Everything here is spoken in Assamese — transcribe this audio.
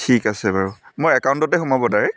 ঠিক আছে বাৰু মোৰ একাউণ্টতে সোমাব ডাইৰেক্ট